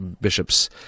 bishops